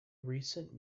recent